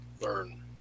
learn